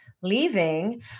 leaving